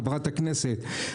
חברת הכנסת,